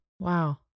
Wow